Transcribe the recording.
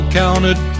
counted